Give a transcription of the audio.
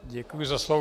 Děkuji za slovo.